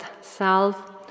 self